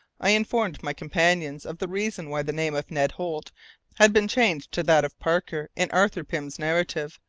i informed my companions of the reason why the name of ned holt had been changed to that of parker in arthur pym's narrative,